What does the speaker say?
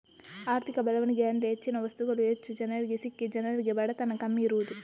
ಆರ್ಥಿಕ ಬೆಳವಣಿಗೆ ಅಂದ್ರೆ ಹೆಚ್ಚಿನ ವಸ್ತುಗಳು ಹೆಚ್ಚು ಜನರಿಗೆ ಸಿಕ್ಕಿ ಜನರಿಗೆ ಬಡತನ ಕಮ್ಮಿ ಇರುದು